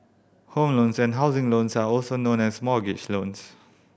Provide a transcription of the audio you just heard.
home loans and housing loans are also known as mortgage loans